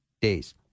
days